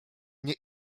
nie